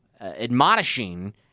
admonishing